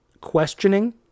questioning